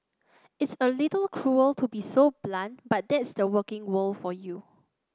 it's a little cruel to be so blunt but that's the working world for you